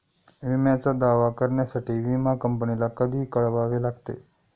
विम्याचा दावा करण्यासाठी विमा कंपनीला कधी कळवावे लागते?